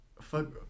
Fuck